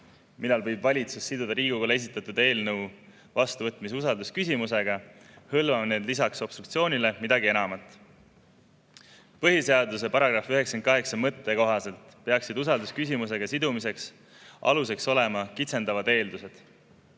millal võib valitsus siduda Riigikogule esitatud eelnõu vastuvõtmise usaldusküsimusega, hõlmavad need lisaks obstruktsioonile midagi enamat. Põhiseaduse § 98 mõtte kohaselt peaksid usaldusküsimusega sidumise aluseks olema kitsendavad eeldused.